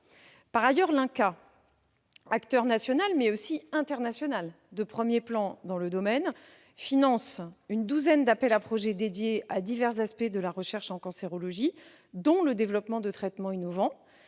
Par ailleurs, l'INCa, acteur national et international de premier plan, finance une douzaine d'appels à projets dédiés à divers aspects de la recherche en cancérologie, dont le développement de traitements innovants.